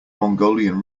mongolian